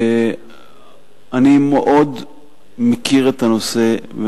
אני מאוד מכיר את הנושא.